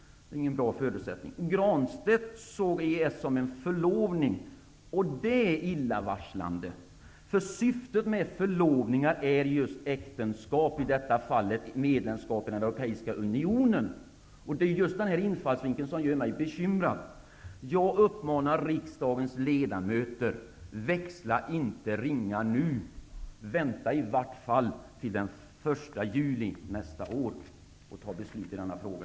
Det är ingen bra förutsättning. Granstedt såg EES som en förlovning, och det är illavarslande! Syftet med förlovningar är just äktenskap -- i detta fall medlemskap i den europeiska unionen. Det är just den infallsvinkeln som gör mig bekymrad. Jag uppmanar riksdagens ledamöter att inte växla ringar nu! Vänta i vart fall till den 1 juli nästa år med att fatta beslut i denna fråga.